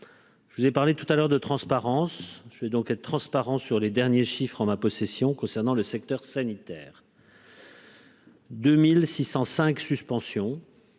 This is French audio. je vous ai parlé tout à l'heure de transparence, je vais donc être transparent sur les derniers chiffres en ma possession concernant le secteur sanitaire.